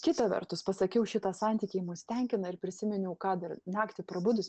kita vertus pasakiau šitą santykiai mus tenkina ir prisiminiau ką dar naktį prabudus